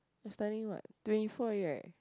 you studying what twenty four year right